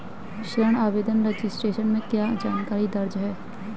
ऋण आवेदन रजिस्टर में क्या जानकारी दर्ज है?